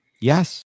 Yes